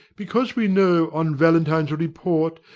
because we know on valentine's report,